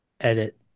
edit